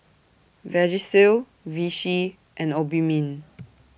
Vagisil Vichy and Obimin